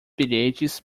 bilhetes